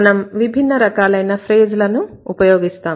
మనం విభిన్న రకాలైన ఫ్రేజ్ లను ఉపయోగిస్తాం